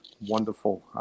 Wonderful